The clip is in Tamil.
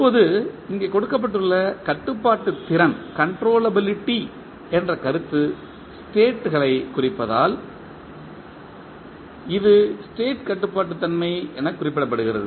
இப்போது இங்கே கொடுக்கப்பட்டுள்ள கட்டுப்பாட்டுத்திறன் என்ற கருத்து ஸ்டேட்களைக் குறிப்பதால் இது ஸ்டேட் கட்டுப்பாட்டுத்தன்மை என குறிப்பிடப்படுகிறது